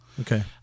Okay